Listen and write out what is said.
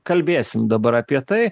kalbėsim dabar apie tai